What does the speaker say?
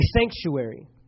sanctuary